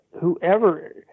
whoever